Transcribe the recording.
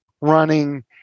running